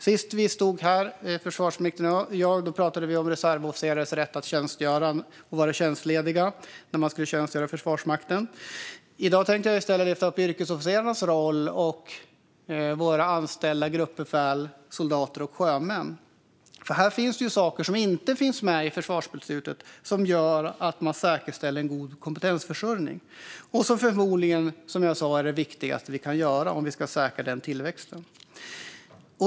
Sist försvarsministern och jag stod här pratade vi om reservofficerares rätt att vara tjänstlediga vid tjänstgöring inom Försvarsmakten. I dag tänkte jag i stället ta upp yrkesofficerarna samt gruppbefälen, soldaterna och sjömännen. Det handlar om sådant som inte finns med i försvarsbeslutet som gör att man kan säkerställa en god kompetensförsörjning och som kan vara något av det viktigaste man kan göra för att säkra tillväxten.